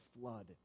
flood